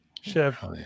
Chef